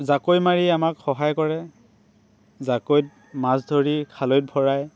জাকৈ মাৰি আমাক সহায় কৰে জাকৈত মাছ ধৰি খালৈত ভৰায়